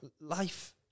life